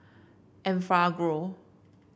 Enfagrow